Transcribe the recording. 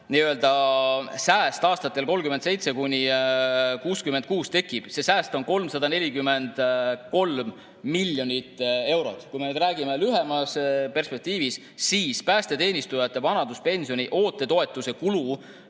nii-öelda sääst aastatel 2037–2066 tekib. See sääst on 343 miljonit eurot. Kui me räägime lühemas perspektiivis, siis päästeteenistujate vanaduspensioni oote toetuse kulu